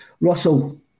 Russell